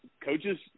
Coaches